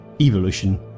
evolution